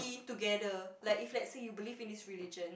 eat together like if let's say you believe in this religion